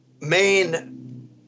main